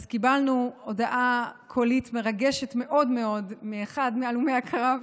קיבלנו הודעה קולית מרגשת מאוד מאוד מאחד מהלומי הקרב,